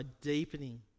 deepening